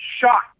shocked